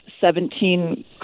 seventeen